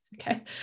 Okay